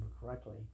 correctly